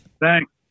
Thanks